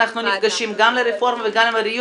אנחנו נפגשים גם לרפורמה וגם לבריאות,